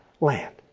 land